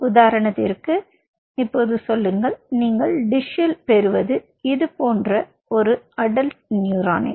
உதாரணத்திற்கு இப்போது சொல்லுங்கள் நீங்கள் ஒரு டிஷ்ஸில் பெறுவது இது போன்ற ஒரு அடல்ட் நியூரானை